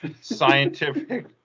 scientific